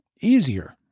easier